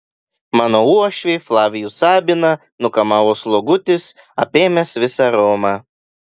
mano uošvį flavijų sabiną nukamavo slogutis apėmęs visą romą